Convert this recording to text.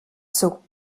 zog